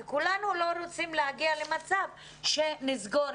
כולנו לא רוצים להגיע למצב שבו סוגרים